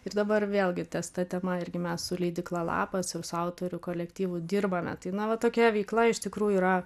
ir dabar vėlgi ties ta tema irgi mes su leidykla lapas jau su autorių kolektyvu dirbame tai na va tokia veikla iš tikrųjų yra